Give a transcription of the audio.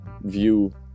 view